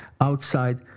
outside